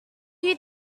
you